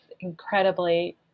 incredibly